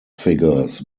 figures